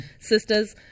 sisters